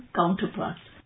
counterparts